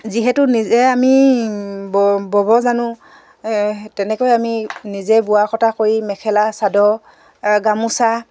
যিহেতু নিজে আমি বব জানো তেনেকৈ আমি নিজে বোৱা কটা কৰি মেখেলা চাদৰ গামোচা